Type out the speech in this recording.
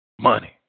Money